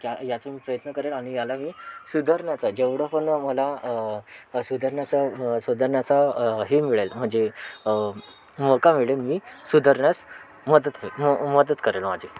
या यातून प्रयत्न करेल आणि याला मी सुधारण्याचा जेवढं पण मला सुधरण्याचा सुधरण्याचा हे मिळेल म्हणजे मोका मिळेल मी सुधारण्यास मदत करे मदत करेल माझी